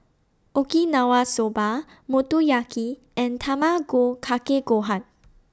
Okinawa Soba Motoyaki and Tamago Kake Gohan